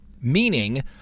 meaning